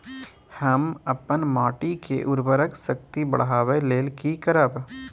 हम अपन माटी के उर्वरक शक्ति बढाबै लेल की करब?